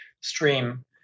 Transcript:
stream